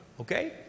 okay